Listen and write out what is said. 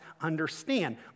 understand